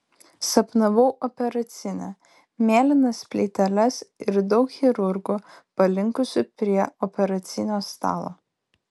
sapnavau operacinę mėlynas plyteles ir daug chirurgų palinkusių prie operacinio stalo